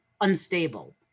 unstable